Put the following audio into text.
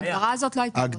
ההגדרה הזאת לא הייתה.